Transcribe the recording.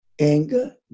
Anger